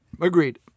Agreed